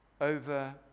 over